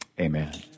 Amen